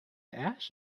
ash